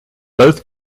both